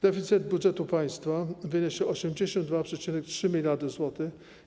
Deficyt budżetu państwa wyniesie 82,3 mld zł.